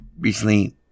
recently